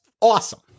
awesome